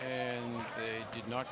and they did not